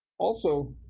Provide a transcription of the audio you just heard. also,